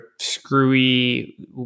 screwy